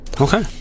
Okay